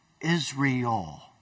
Israel